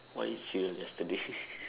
oh I eat cereal yesterday